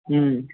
हूँ